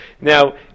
Now